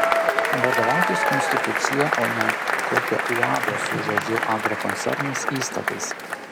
vadovautis konstitucija o ne kokio uabo su žodžiu agrokoncernas įstatais